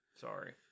Sorry